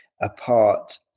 apart